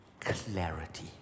clarity